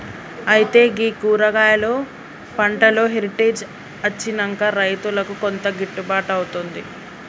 అయితే గీ కూరగాయలు పంటలో హెరిటేజ్ అచ్చినంక రైతుకు కొంత గిట్టుబాటు అవుతుంది